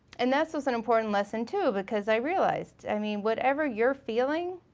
and this was an important lesson too because i realized, i mean whatever you're feeling,